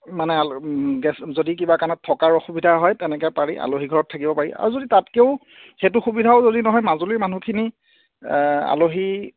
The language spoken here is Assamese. মানে গেষ্ট যদি কিবা কাৰণত থকাৰ অসুবিধা হয় তেনেকৈ পাৰি আলহী ঘৰত থাকিব পাৰি আৰু যদি তাতকৈও সেইটো সুবিধাও যদি নহয় মাজুলীৰ মানুহখিনি আলহী